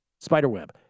Spiderweb